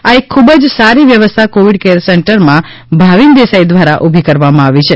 આ એક ખુબ જ સારી વ્યવસ્થા કોવિડ કેર સેન્ટરમાં ભાવીન દેસાઇ દ્વારા ઊભી કરવામાં આવી છે